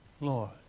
Lord